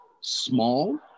small